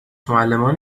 معلمان